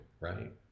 right